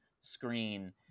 screen